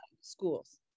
schools